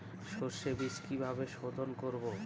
সর্ষে বিজ কিভাবে সোধোন করব?